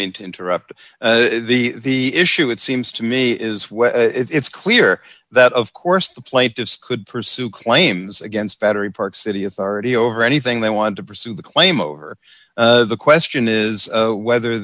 mean to interrupt the issue it seems to me is when it's clear that of course the plaintiffs could pursue claims against battery park city authority over anything they want to pursue the claim over the question is whether